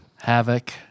Havoc